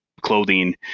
clothing